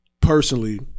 personally